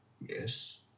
yes